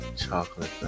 chocolate